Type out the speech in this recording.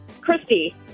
Christy